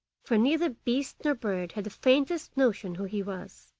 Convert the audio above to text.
for neither beast nor bird had the faintest notion who he was.